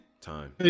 time